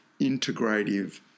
integrative